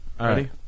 Ready